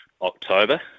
October